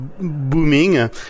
booming